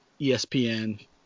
ESPN